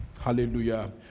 Hallelujah